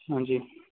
ਹਾਂਜੀ